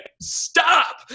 Stop